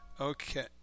okay